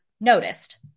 noticed